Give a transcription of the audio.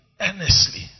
earnestly